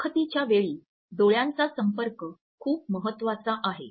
मुलाखतीच्यावेळी डोळ्यांचा संपर्क खूपच महत्वाचा आहे